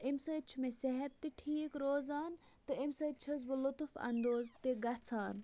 اَمہِ سۭتۍ چھُ مےٚ صِحت تہِ ٹھیٖک روزان تہٕ امہِ سۭتۍ چھس بہٕ لُطُف اَندوز تہِ گَژھان